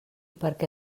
perquè